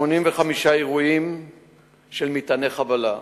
85 אירועים של מטעני חבלה,